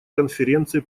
конференции